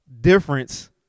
difference